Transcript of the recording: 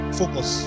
focus